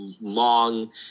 long